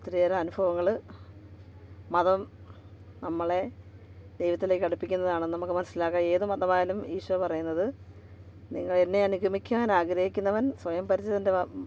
ഒത്തിരിയേറെ അനുഭവങ്ങൾ മതം നമ്മളെ ദൈവത്തിലേക്കടുപ്പിക്കുന്നതാണ് നമുക്ക് മനസ്സിലാവാം ഏത് മതമായാലും ഈശോ പറയുന്നത് നിങ്ങളെന്നെ അനുഗമിക്കാൻ ആഗ്രഹിക്കുന്നവൻ സ്വയം പരിചിതന്റെ